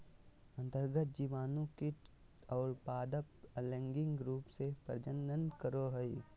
अन्तर्गत जीवाणु कीट और पादप अलैंगिक रूप से प्रजनन करो हइ